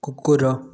କୁକୁର